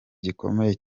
gikomeye